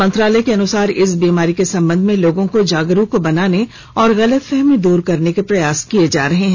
मंत्रालय के अनुसार इस बीमारी के संबंध में लोगों को जागरूक बनाने और गलतफहमी दूर करने के प्रयास किए जा रहे हैं